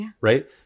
right